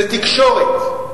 זו תקשורת,